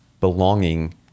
belonging